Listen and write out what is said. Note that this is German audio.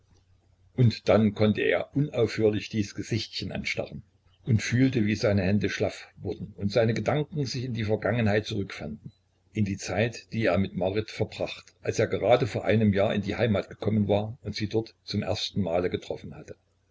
und dann konnte er unaufhörlich dies gesichtchen anstarren und fühlte wie seine hände schlaff wurden wie seine gedanken sich in die vergangenheit zurückfanden in die zeit die er mit marit verbracht als er grade jetzt vor einem jahr in die heimat gekommen war und sie dort zum ersten male getroffen hatte